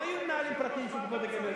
לא היו מנהלים פרטיים של קופות גמל,